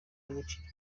y’agaciro